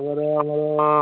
ତମର